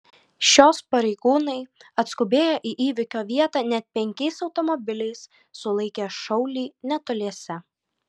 šios pareigūnai atskubėję į įvykio vietą net penkiais automobiliais sulaikė šaulį netoliese